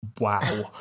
wow